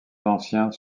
anciens